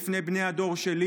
בפני בני הדור שלי.